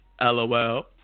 LOL